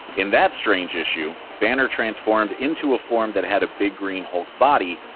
in that strange issue, banner transformed into a form that had a big green hulk body,